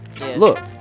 Look